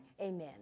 amen